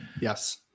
Yes